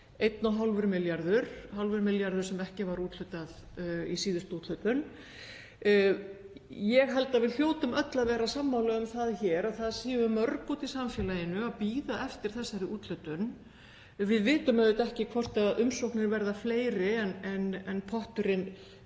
hálfur milljarður sem ekki var úthlutað í síðustu úthlutun. Ég held að við hljótum öll að vera sammála um það hér að það séu mörg úti í samfélaginu að bíða eftir þessari úthlutun. Við vitum auðvitað ekki hvort umsóknir verða fleiri en potturinn